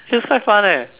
feels quite fun eh